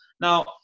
now